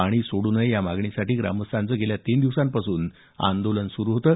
पाणी न सोडण्याच्या मागणीसाठी ग्रामस्थांचं गेल्या तीन दिवसांपासून आंदोलन सुरु होतं